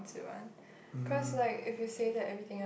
um